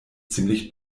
ziemlich